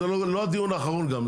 אז זה גם לא הדיון האחרון גם,